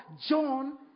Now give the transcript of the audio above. John